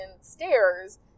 stairs